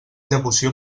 devoció